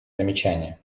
замечание